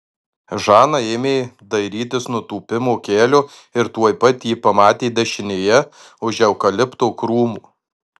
žana ėmė dairytis nutūpimo kelio ir tuoj pat jį pamatė dešinėje už eukalipto krūmų